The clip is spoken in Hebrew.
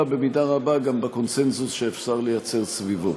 במידה רבה גם בקונסנזוס שאפשר לייצר סביבו.